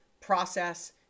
process